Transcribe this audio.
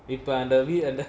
இப்ப:ippa under we under